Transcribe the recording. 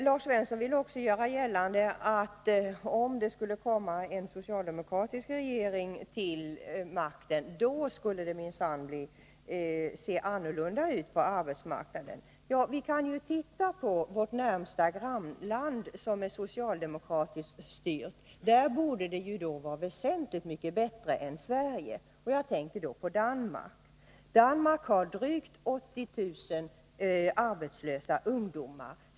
Lars Svensson ville också göra gällande att om det skulle komma en socialdemokratisk regering till makten skulle det minsann se annorlunda ut på arbetsmarknaden. Ja, vi kan ju titta på vårt närmaste grannland som är socialdemokratiskt styrt — där borde det ju vara väsentligt mycket bättre än i Sverige. Jag tänker på Danmark, som har drygt 80 000 arbetslösa ungdomar.